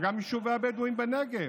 וגם יישובי הבדואים בנגב,